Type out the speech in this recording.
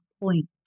point